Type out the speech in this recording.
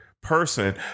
person